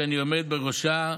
שאני עומד בראשה,